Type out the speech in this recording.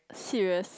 serious